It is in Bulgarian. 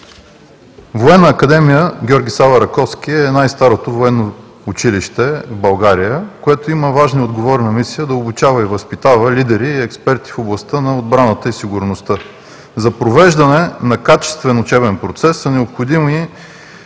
Военна академия „Георги Сава Раковски“ е най-старото военно училище в България, което има важна и отговорна мисия да обучава и възпитава лидери и експерти в областта на отбраната и сигурността. За провеждане на качествен учебен процес са необходими